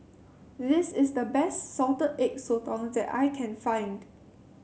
this is the best Salted Egg Sotong that I can find